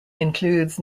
includes